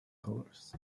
colors